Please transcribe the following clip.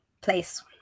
place